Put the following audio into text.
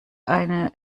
eine